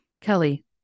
Kelly